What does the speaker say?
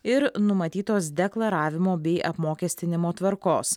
ir numatytos deklaravimo bei apmokestinimo tvarkos